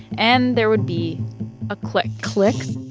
and there would be a click click,